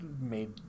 made